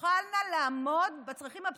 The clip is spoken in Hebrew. תוכלנה לעמוד בצרכים הבסיסיים,